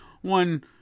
one